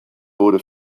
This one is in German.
wurde